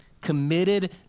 committed